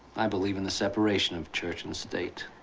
i believe in the separation of church and state.